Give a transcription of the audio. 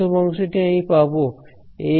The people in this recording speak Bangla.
প্রথম অংশটি আমি পাব Axdl